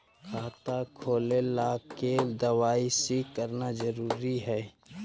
खाता खोले ला के दवाई सी करना जरूरी है?